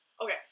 okay